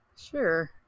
sure